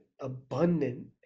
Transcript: abundant